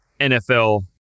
NFL